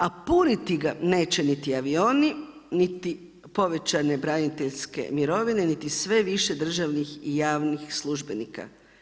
A puniti ga neće niti avioni, niti povećane braniteljske mirovine, niti sve više državnih i javnih službenika.